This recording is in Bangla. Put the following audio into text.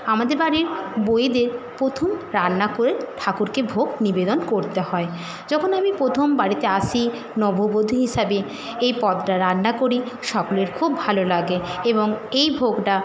আমাদের বাড়ির বউয়েদের প্রথম রান্না করে ঠাকুরকে ভোগ নিবেদন করতে হয় যখন আমি প্রথম বাড়িতে আসি নববধূ হিসাবে এই পদটা রান্না করি সকলের খুব ভালো লাগে এবং এই ভোগটা